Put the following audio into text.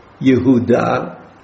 Yehuda